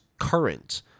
current